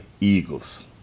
Eagles